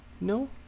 No